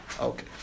Okay